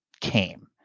came